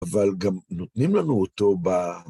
אבל גם נותנים לנו אותו ב...